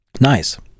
Nice